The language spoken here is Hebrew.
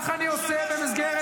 שמעת